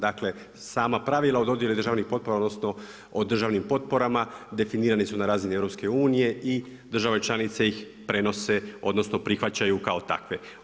Dakle, sama pravila o dodjeli državnih potpora, odnosno o državnim potporama definirani su na razini EU i države članice ih prenose odnosno prihvaćaju kao takve.